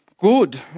good